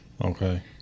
Okay